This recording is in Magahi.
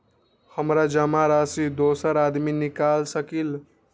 हमरा जमा राशि दोसर आदमी निकाल सकील?